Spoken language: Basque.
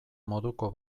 moduko